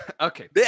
Okay